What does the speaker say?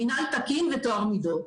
מינהל תקין וטוהר מידות.